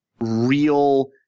real